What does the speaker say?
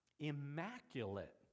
Immaculate